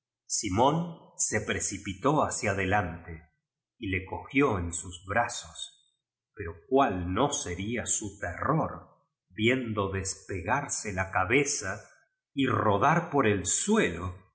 simón se precipitó hacia delante y le co gió en sus brazos pero cuál no sería su terror viendo despegarse la cabeza y rodar por el suelo